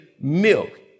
milk